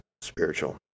spiritual